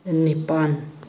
ꯅꯤꯄꯥꯟ